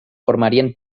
formarien